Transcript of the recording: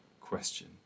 question